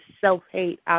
self-hate